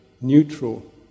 neutral